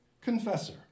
confessor